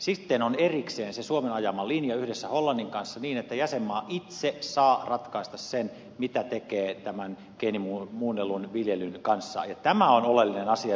sitten on erikseen se suomen yhdessä hollannin kanssa ajama linja että jäsenmaa itse saa ratkaista sen mitä tekee tämän geenimuunnellun viljelyn kanssa ja tämä on oleellinen asia ed